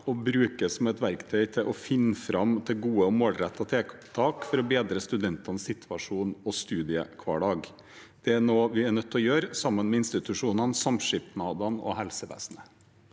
og brukes som et verktøy for å finne fram til gode og målrettede tiltak for å bedre studentenes situasjon og studiehverdag. Det er noe vi er nødt til å gjøre sammen med institusjonene, samskipnadene og helsevesenet.